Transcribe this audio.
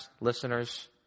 listeners